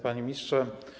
Panie Ministrze!